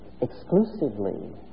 exclusively